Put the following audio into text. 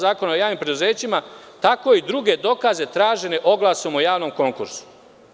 Zakona o javnim preduzećima, tako i druge dokaze tražene oglase o javnom konkursu.